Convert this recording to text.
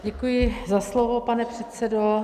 Děkuji za slovo, pane předsedo.